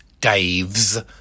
Dave's